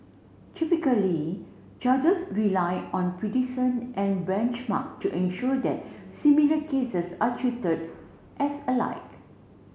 Typically judges rely on and benchmark to ensure that similar cases are treated as alike